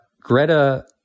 Greta